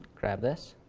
grab this